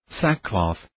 sackcloth